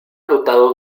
dotado